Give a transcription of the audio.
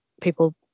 people